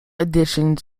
editions